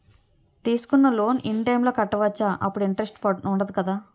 తీసుకున్న loan in time లో కట్టవచ్చ? అప్పుడు ఇంటరెస్ట్ వుందదు కదా?